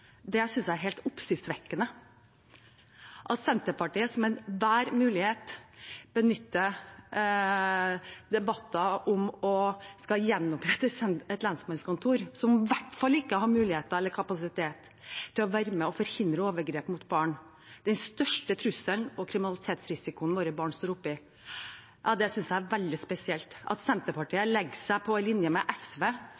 synes jeg er oppsiktsvekkende. At Senterpartiet benytter enhver mulighet i debatter om å skulle gjenopprette et lensmannskontor, som i hvert fall ikke har muligheter eller kapasitet til å være med og forhindre overgrep mot barn, den største trusselen og kriminalitetsrisikoen våre barn står oppe i, synes jeg er veldig spesielt. Senterpartiet